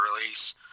release